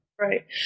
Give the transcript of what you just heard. Right